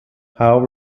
howe